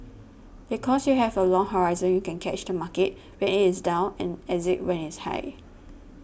because you have a long horizon you can catch the market when it is down and exit when it's high